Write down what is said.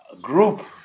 group